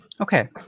Okay